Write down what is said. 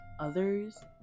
others